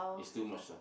it's too much ah